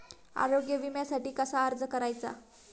आरोग्य विम्यासाठी कसा अर्ज करायचा?